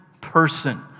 person